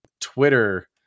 Twitter